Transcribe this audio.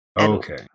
Okay